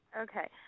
Okay